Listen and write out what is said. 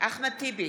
אחמד טיבי,